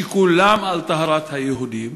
שכולם על טהרת היהודים.